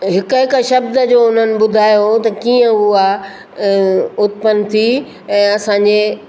हिकु हिकु शब्द जो उन्हनि ॿुधायो हो त कीअं उहा उत्पन थी ऐं असां जे